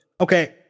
okay